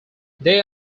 they